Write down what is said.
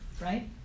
right